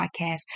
podcast